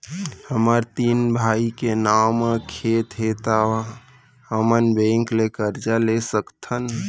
हमर तीन भाई के नाव म खेत हे त का हमन बैंक ले करजा ले सकथन?